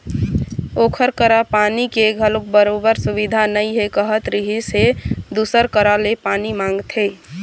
ओखर करा पानी के घलोक बरोबर सुबिधा नइ हे कहत रिहिस हे दूसर करा ले पानी मांगथे